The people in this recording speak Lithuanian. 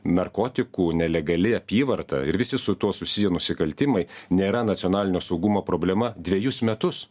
narkotikų nelegali apyvarta ir visi su tuo susiję nusikaltimai nėra nacionalinio saugumo problema dvejus metus